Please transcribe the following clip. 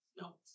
No